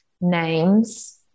names